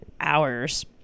hours